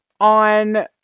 on